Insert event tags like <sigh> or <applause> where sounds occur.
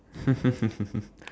<laughs>